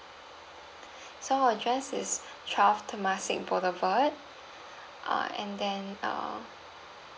so our address is twelve temasek boulevard uh and then uh